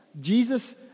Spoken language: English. Jesus